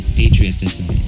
patriotism